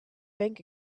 bank